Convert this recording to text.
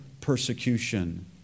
persecution